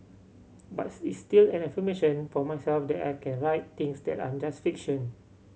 but it's still an affirmation for myself that I can write things that aren't just fiction